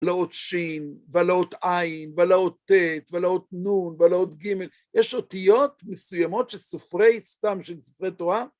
על האות ש', ועל האותו ע' ועל האות ט', ועל האות נ', ועל האות ג'. יש אותיות מסוימות של סופרי סתם, של סופרי תורה..